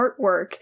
artwork